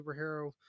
superhero